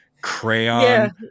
crayon